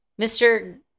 Mr